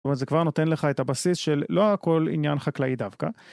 זאת אומרת זה כבר נותן לך את הבסיס של לא הכל עניין חקלאי דווקא.